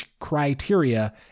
criteria